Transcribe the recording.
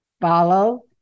follow